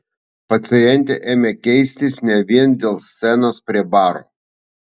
pacientė ėmė keistis ne vien dėl scenos prie baro